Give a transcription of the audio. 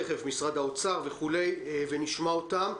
ממשרד האוצר וכולי ונשמע אותם.